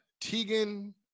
Tegan